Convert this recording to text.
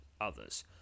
others